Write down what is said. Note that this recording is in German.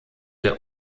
der